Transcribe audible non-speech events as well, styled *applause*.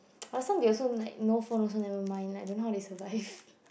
*noise* last time they also like no phone also never mind now don't know how they survive *laughs*